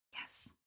Yes